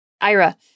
ira